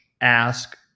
ask